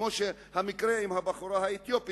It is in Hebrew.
כמו המקרה עם הבחורה האתיופית,